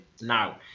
Now